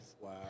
Wow